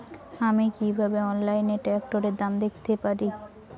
আমি কিভাবে অনলাইনে ট্রাক্টরের দাম দেখতে পারি?